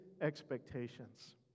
expectations